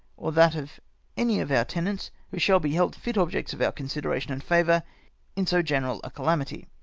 or that of any of our tenants who shall be held fit objects of our consideration and favour in so general a calamity,